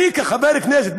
אני כחבר כנסת,